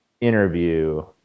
interview